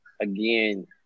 again